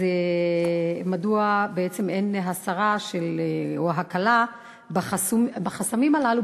מדוע בעצם אין הסרה או הקלה בחסמים הללו,